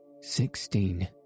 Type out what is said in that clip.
Sixteen